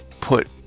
put